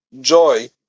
joy